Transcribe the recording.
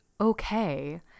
okay